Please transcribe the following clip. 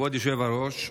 כבוד היושב-ראש,